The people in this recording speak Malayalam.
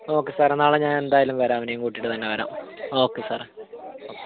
ഓക്കെ സാർ നാളെ ഞാൻ എന്തായാലും വരാം അവനെയും കൂട്ടിയിട്ട് തന്നെ വരാം ഓക്കെ സാറേ ഓക്കെ